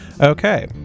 Okay